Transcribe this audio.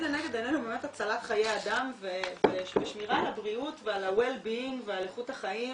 לנגד עינינו באמת הצלת חיי אדם ושמירה על הבריאות ועל איכות החיים